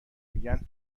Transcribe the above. میگن